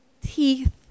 teeth